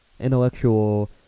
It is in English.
intellectual